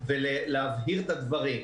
ולהבהיר את הדברים.